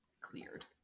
cleared